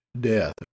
death